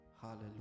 Hallelujah